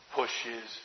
pushes